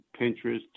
Pinterest